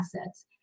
assets